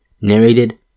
narrated